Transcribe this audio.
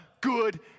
good